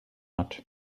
nut